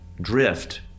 drift